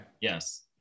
Yes